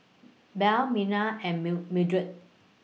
Belle Myrna and meal Mildred